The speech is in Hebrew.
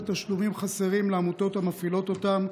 תשלומים חסרים לעמותות המפעילות אותם,